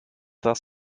das